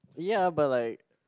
ya but like